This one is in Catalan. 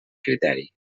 criteri